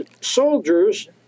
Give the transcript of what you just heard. soldiers